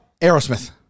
Aerosmith